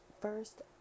first